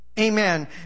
Amen